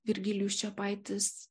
virgilijus čepaitis